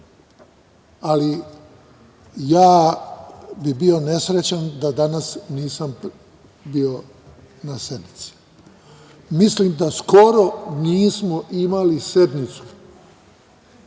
ali ja bi bio nesrećan da danas nisam bio na sednici. Mislim da skoro nismo imali sednicu